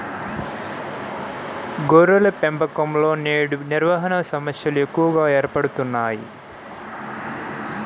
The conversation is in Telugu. గొర్రెల పెంపకంలో నేడు నిర్వహణ సమస్యలు ఎక్కువగా ఏర్పడుతున్నాయి